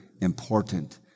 important